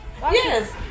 yes